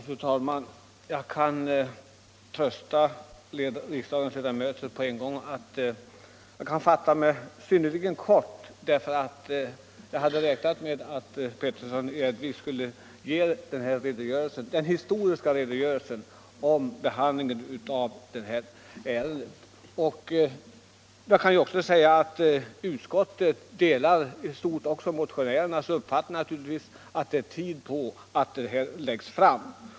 Fru talman! Jag kan trösta riksdagens ledamöter med att jag skall fatta mig synnerligen kort, eftersom herr Petersson i Gäddvik — såsom jag hade räknat med — har givit denna historiska redogörelse för behandlingen av ärendet. Utskottet delar naturligtvis motionärernas uppfattning att det är hög tid att ett förslag läggs fram.